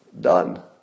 Done